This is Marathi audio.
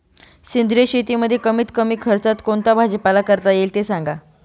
सेंद्रिय शेतीमध्ये कमीत कमी खर्चात कोणता भाजीपाला करता येईल ते सांगा